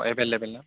available ना